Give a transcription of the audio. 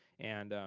and,